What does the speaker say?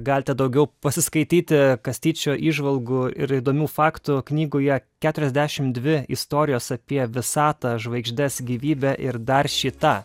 galite daugiau pasiskaityti kastyčio įžvalgų ir įdomių faktų knygoje keturiasdešimt dvi istorijos apie visatą žvaigždes gyvybę ir dar šį tą